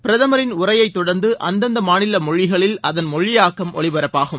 பிரதமரின் உரையை தொடர்ந்து அந்தந்த மாநில மொழிகளில் அதன் மொழியாக்கம் ஒலிபரப்பாகும்